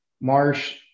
Marsh